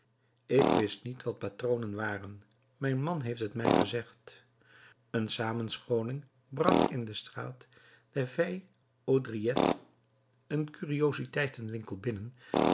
ik wist niet wat patronen waren mijn man heeft het mij gezegd een samenscholing brak in de straat des vieilles haudriettes een curiositeiten winkel binnen